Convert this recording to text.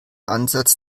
ansatz